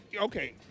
okay